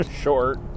short